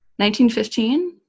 1915